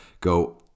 go